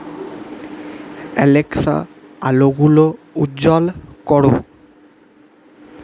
Alexa আলোগুলো উজ্জ্বল করো